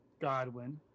Godwin